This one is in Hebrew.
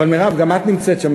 אבל, מרב, גם את נמצאת שם.